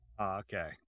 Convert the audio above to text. okay